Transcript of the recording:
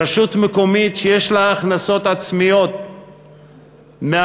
רשות מקומית שיש לה הכנסות עצמיות מארנונה,